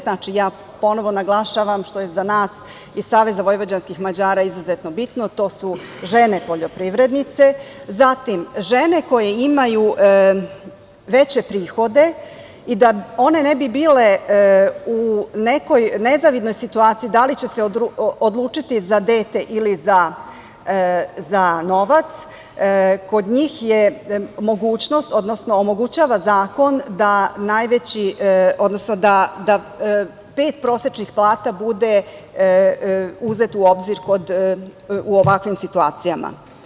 Znači, ponovo naglašavam što je za nas iz SVM izuzetno bitno, to su žene poljoprivrednice, zatim žene koje imaju veće prihode i da one ne bi bile u nekoj nezavidnoj situaciji, da li će se odlučiti za dete ili za novac, kod njih zakon omogućava da pet prosečnih plata bude uzeto u obzir u ovakvim situacijama.